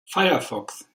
firefox